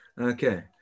Okay